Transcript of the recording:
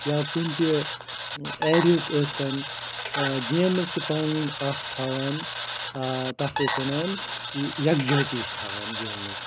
یا کُنہِ تہِ ایریِہُک ٲسۍتَن گیمٕز چھِ پانہٕ ؤںۍ اَکھ تھاوان تَتھ تہٕ ٲسۍ وَنان یَکجٲہتی چھِ تھاون گیمٕز